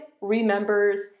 remembers